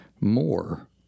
more